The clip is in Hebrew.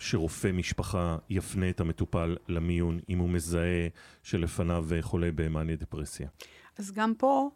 שרופא משפחה יפנה את המטופל למיון אם הוא מזהה שלפניו חולה במאניה דפרסיה. אז גם פה...